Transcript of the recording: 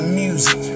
music